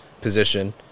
position